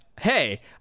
hey